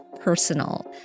personal